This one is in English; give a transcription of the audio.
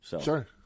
Sure